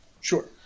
Sure